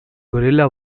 guerrilla